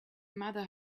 mother